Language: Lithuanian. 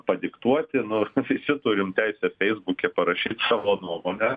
padiktuoti nors visi turim teisę feisbuke parašyt savo nuomonę